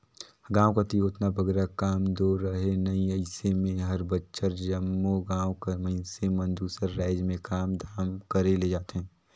गाँव कती ओतना बगरा काम दो रहें नई अइसे में हर बछर जम्मो गाँव कर मइनसे मन दूसर राएज में काम धाम करे ले जाथें